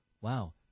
wow